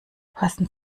passen